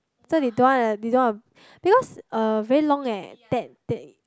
so they don't wanna leh they don't wanna because uh very long eh that they